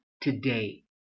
today